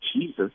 Jesus